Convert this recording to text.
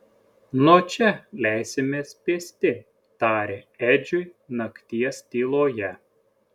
nuo čia leisimės pėsti tarė edžiui nakties tyloje